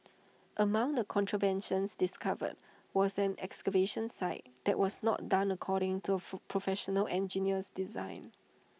among the contraventions discovered was an excavation site that was not done according to A F full Professional Engineer's design